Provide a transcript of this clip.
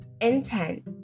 Intent